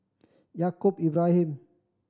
Yaacob Ibrahim